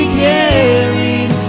carried